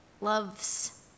loves